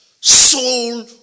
soul